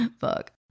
Fuck